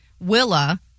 Willa